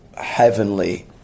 heavenly